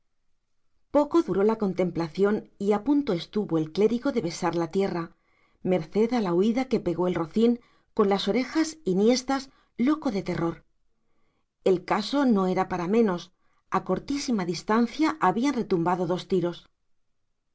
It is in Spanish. poco duró la contemplación y a punto estuvo el clérigo de besar la tierra merced a la huida que pegó el rocín con las orejas enhiestas loco de terror el caso no era para menos a cortísima distancia habían retumbado dos tiros